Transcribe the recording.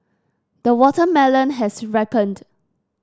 the watermelon has ripened